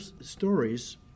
stories